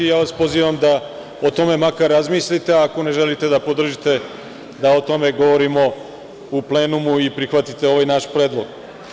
Ja vas pozivam da o tome makar razmislite ako ne želite da podržite da o tome govorimo u plenumu i prihvatite ovaj naš predlog.